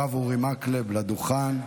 הרב אורי מקלב, לדוכן.